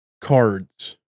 cards